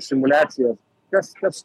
simuliacijas kas kas